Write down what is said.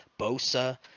bosa